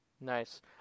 Nice